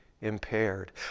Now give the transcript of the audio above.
impaired